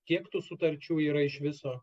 kiek tų sutarčių yra iš viso